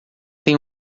tem